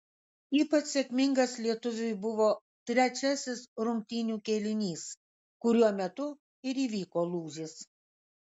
ypač sėkmingas lietuviui buvo trečiasis rungtynių kėlinys kuriuo metu ir įvyko lūžis